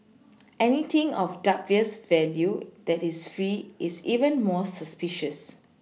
anything of dubious value that is free is even more suspicious